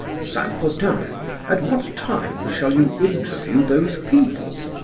saint-potin, at what time shall you interview those people?